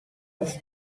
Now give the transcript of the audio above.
was